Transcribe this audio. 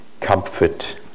comfort